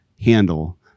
handle